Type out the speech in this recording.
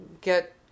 get